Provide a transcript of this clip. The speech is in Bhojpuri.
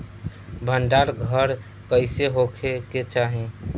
भंडार घर कईसे होखे के चाही?